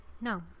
No